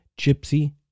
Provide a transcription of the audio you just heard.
Gypsy